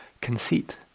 conceit